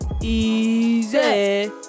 Easy